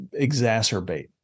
exacerbate